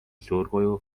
suurkuju